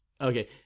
Okay